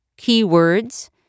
keywords